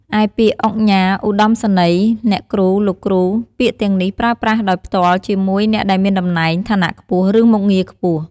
ឯពាក្យ ឧកញ៉ា ឧត្ដមសេនីយ៍ អ្នកគ្រូ លោកគ្រូ ពាក្យទាំងនេះប្រើប្រាស់ដោយផ្ទាល់ជាមួយ អ្នកដែលមានតំណែង ឋានៈខ្ពស់ ឬមុខងារខ្ពស់។